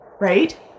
right